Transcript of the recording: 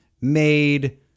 made